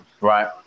Right